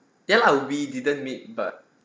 ya lah we didn't meet but